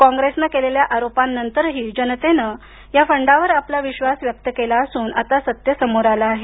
कॉंग्रेसन केलेल्या आरोपांनंतरही जनतेनं या फंडावर आपला विश्वास व्यक्त केला असून आता सत्य समोर आलं आहे